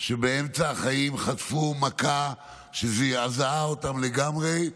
שבאמצע החיים חטפו מכה שזעזעה אותן לגמרי.